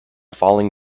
falling